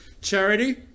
charity